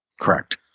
correct